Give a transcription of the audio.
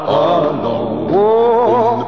alone